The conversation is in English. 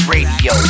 Radio